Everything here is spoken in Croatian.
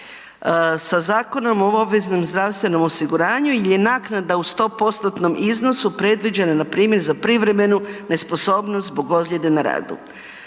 sa Zakonom o obveznom zdravstvenom osiguranju je naknada u 100%-nom iznosu predviđena npr. za privremenu nesposobnost zbog ozljede na radu.